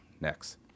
next